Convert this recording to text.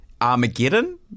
Armageddon